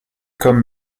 comme